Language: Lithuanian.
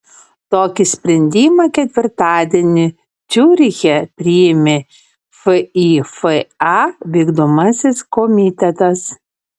tokį sprendimą ketvirtadienį ciuriche priėmė fifa vykdomasis komitetas